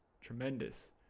tremendous